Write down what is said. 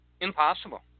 Impossible